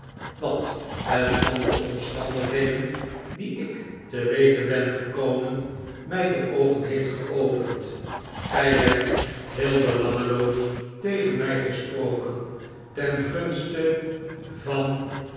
wat met andere omstandigheden die ik te weten ben gekomen mij de oogen heeft geopend gij hebt heel belangeloos tegen mij gesproken ten gunste van